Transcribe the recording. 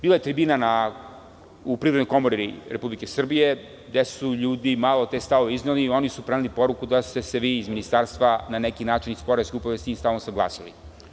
Bila je tribina u Privrednoj komori Republike Srbije gde su ljudi malo te stavove izneli i oni su preneli poruku da ste se vi iz ministarstva, na neki način, iz poreske uprave s tim stavom saglasili.